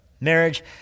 marriage